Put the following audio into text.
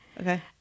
okay